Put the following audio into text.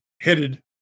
headed